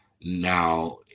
Now